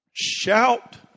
Shout